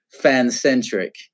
fan-centric